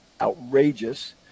outrageous